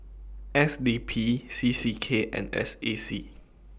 S D P C C K and S A C